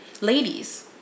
ladies